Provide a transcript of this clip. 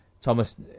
Thomas